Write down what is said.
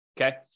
Okay